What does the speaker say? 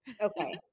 Okay